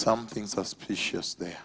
something suspicious the